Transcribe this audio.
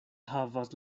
havas